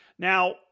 Now